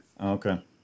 Okay